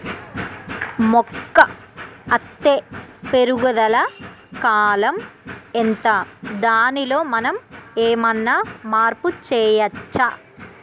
మొక్క అత్తే పెరుగుదల కాలం ఎంత దానిలో మనం ఏమన్నా మార్పు చేయచ్చా?